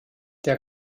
der